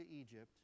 Egypt